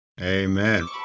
Amen